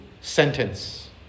sentence